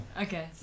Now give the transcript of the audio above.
okay